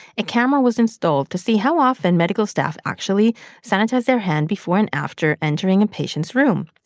a camera was installed to see how often medical staff actually sanitize their hand before and after entering a patient's room.